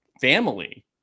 family